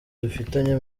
dufitanye